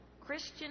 Christian